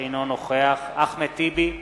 אינו נוכח אחמד טיבי,